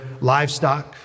livestock